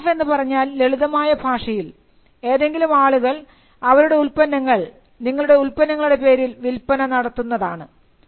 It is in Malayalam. പാസിംഗ് ഓഫ് എന്ന് പറഞ്ഞാൽ ലളിതമായ ഭാഷയിൽ ഏതെങ്കിലും ആളുകൾ അവരുടെ ഉൽപ്പന്നങ്ങൾ നിങ്ങളുടെ ഉൽപ്പന്നങ്ങളുടെ പേരിൽ വിൽപ്പന നടത്തുന്നതാണ്